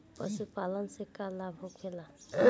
पशुपालन से का लाभ होखेला?